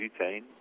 butane